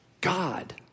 God